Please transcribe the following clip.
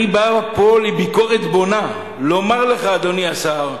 אני בא עם ביקורת בונה לומר לך, אדוני השר: